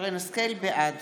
בעד